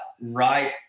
right